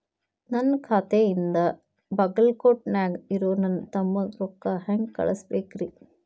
ನನ್ನ ಖಾತೆಯಿಂದ ಬಾಗಲ್ಕೋಟ್ ನ್ಯಾಗ್ ಇರೋ ನನ್ನ ತಮ್ಮಗ ರೊಕ್ಕ ಹೆಂಗ್ ಕಳಸಬೇಕ್ರಿ?